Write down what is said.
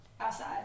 Outside